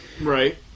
Right